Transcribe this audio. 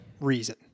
reason